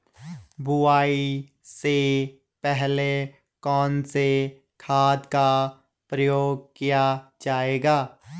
बुआई से पहले कौन से खाद का प्रयोग किया जायेगा?